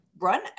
run